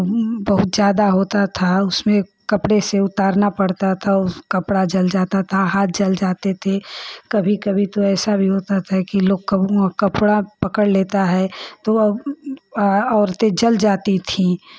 बहुत ज़्यादा होता था उसमें कपड़े से उतारना पड़ता था उस कपड़ा जल जाता था हाथ जल जाते थे कभी कभी तो ऐसा भी होता था कपड़ा पकड़ लेता है तो औरतें जल जाती थीं